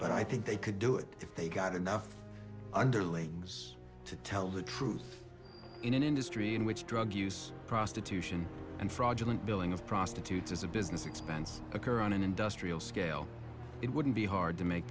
but i think they could do it if they got underlings to tell the truth in an industry in which drug use prostitution and fraudulent billing of prostitutes is a business expense a car on an industrial scale it wouldn't be hard to make